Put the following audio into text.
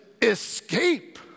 escape